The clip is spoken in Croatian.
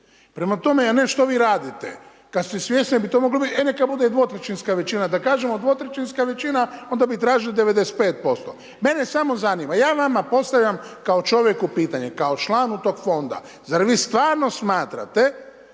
prema tome a ne što vi radite kad ste svjesni kad bi to moglo biti, e neka bude dvotrećinska većina da kažemo dvotrećinska većina onda bi tražili 95%. Mene samo zanima, ja vama postavljam kao čovjeku, kao članu tog fonda, zar vi stvarno smatrate